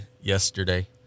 yesterday